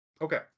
Okay